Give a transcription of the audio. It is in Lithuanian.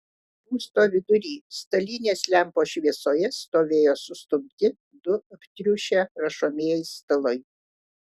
būsto vidury stalinės lempos šviesoje stovėjo sustumti du aptriušę rašomieji stalai